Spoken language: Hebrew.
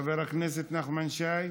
חבר הכנסת נחמן שי?